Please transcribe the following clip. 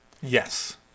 Yes